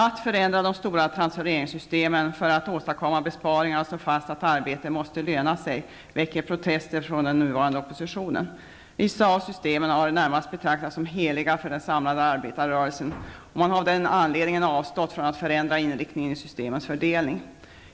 Att förändra i de stora transfereringssystemen för att åstadkomma besparingar och slå fast att arbete måste löna sig, väcker protester från den nuvarande oppositionen. Vissa av systemen har närmast betraktats som heliga för den samlade arbetarrörelsen, och man har av den anledningen avstått från att förändra inriktningen i systemens fördelning.